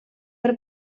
per